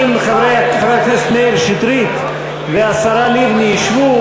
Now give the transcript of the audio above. אם חבר הכנסת מאיר שטרית והשרה לבני ישבו,